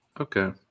Okay